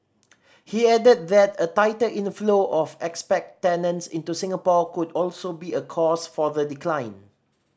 he added that a tighter inflow of expat tenants into Singapore could also be a cause for the decline